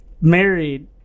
married